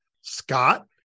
Scott